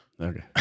Okay